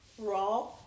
raw